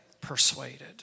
Persuaded